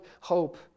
hope